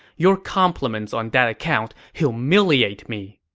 your compliments on that account humiliate me.